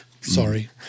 Sorry